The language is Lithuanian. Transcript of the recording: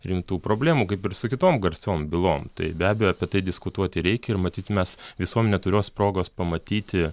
rimtų problemų kaip ir su kitom garsiom bylom tai be abejo apie tai diskutuoti reikia ir matyt mes visuomenė turios progos pamatyti